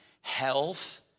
health